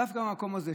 דווקא מהמקום הזה,